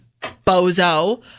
bozo